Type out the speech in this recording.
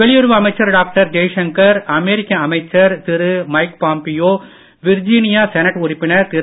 வெளியுறவு அமைச்சர் டாக்டர் ஜெய்சங்கர் அமெரிக்க அமைச்சர் திரு மைக் பாம்பியோ விர்ஜீனியா செனட் உறுப்பினர் திரு